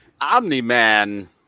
Omni-Man